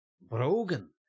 Brogan